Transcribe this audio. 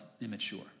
immature